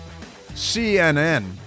CNN